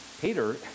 Peter